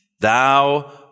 thou